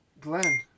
Glenn